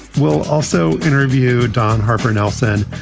we'll also interview don harper nelson,